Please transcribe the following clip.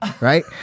right